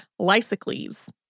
Lysicles